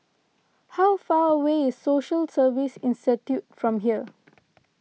how far away is Social Service Institute from here